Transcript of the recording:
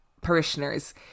parishioners